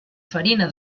farina